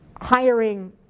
hiring